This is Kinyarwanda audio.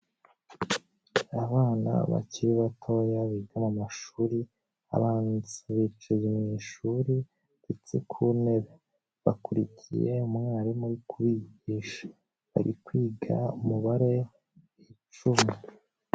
Abana bakiri batoya biga mu mashuri abanza, bicaye mu ishuri ndetse ku ntebe, bakurikiye umwarimu kubigisha bari kwiga umubare icumi.